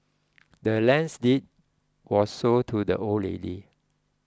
the land's deed was sold to the old lady